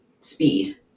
speed